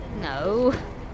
No